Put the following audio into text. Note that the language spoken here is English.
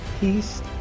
peace